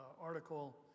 article